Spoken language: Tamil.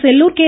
செல்லூர் கே